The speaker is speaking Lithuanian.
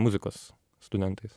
muzikos studentais